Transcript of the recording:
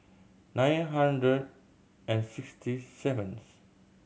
nine hundred and sixty seventh